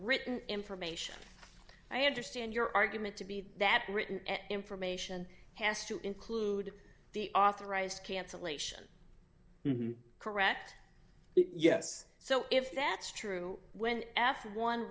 written information i understand your argument to be that written information has to include the authorized cancellation correct yes so if that's true when after one